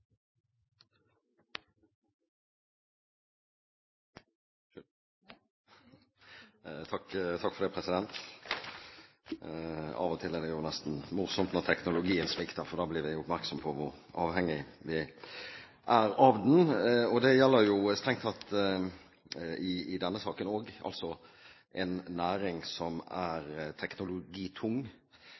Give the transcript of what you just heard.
det ikkje rom for her. Men eg vil likevel ta opp det forslaget som Framstegspartiet står bak. Representanten Jon Georg Dale har tatt opp det forslaget han refererte til. Av og til er det jo nesten morsomt når teknologien svikter. Da blir vi gjort oppmerksom på hvor avhengig vi er av den. Det gjelder jo strengt